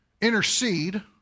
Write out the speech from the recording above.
intercede